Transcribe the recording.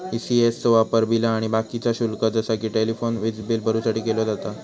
ECS चो वापर बिला आणि बाकीचा शुल्क जसा कि टेलिफोन, वीजबील भरुसाठी केलो जाता